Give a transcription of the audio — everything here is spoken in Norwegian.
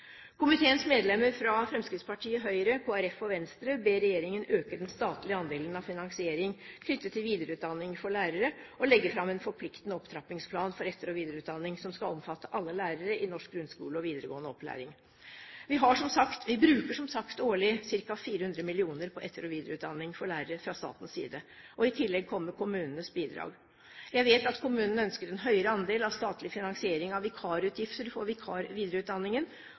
Komiteens medlemmer fra Fremskrittspartiet, Høyre, Kristelig Folkeparti og Venstre ber regjeringen øke den statlige andelen av finansieringen knyttet til videreutdanning for lærere og legge fram en forpliktende opptrappingsplan for etter- og videreutdanning som skal omfatte alle lærere i norsk grunnskole og videregående opplæring. Vi bruker som sagt årlig ca. 400 mill. kr på etter- og videreutdanning for lærere fra statens side. I tillegg kommer kommunenes bidrag. Jeg vet at kommunene ønsker en høyere andel av statlig finansiering av vikarutgiftene for videreutdanningen,